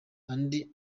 andi